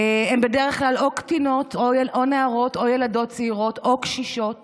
הן בדרך כלל או קטינות או נערות או ילדות צעירות או קשישות